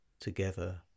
together